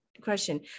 question